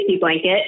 blanket